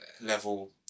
level